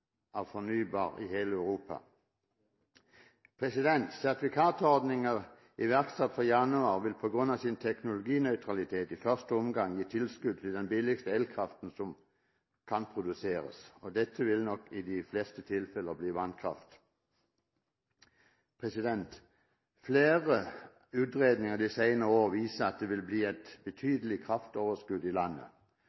i hele Europa. Sertifikatordningen iverksatt fra januar vil på grunn av sin teknologinøytralitet i første omgang gi tilskudd til den billigste elkraften som kan produseres. Dette vil nok i de fleste tilfeller bli vannkraft. Flere utredninger de senere år viser at det vil bli et